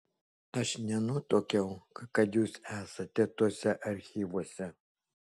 aš nenutuokiau kad jūs esate tuose archyvuose